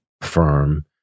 firm